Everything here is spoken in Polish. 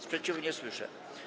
Sprzeciwu nie słyszę.